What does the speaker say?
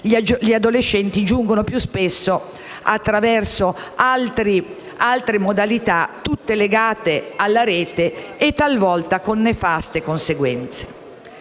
gli adolescenti giungono più spesso attraverso altre modalità, tutte legate alla rete, e talvolta con nefaste conseguenze.